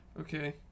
Okay